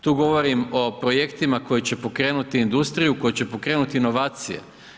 Tu govorim o projektima koji će pokrenuti industriju, koji će pokrenuti inovacije.